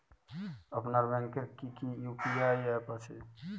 আপনার ব্যাংকের কি কি ইউ.পি.আই অ্যাপ আছে?